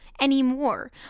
anymore